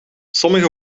sommige